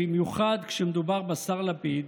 במיוחד כשמדובר בשר לפיד,